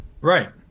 Right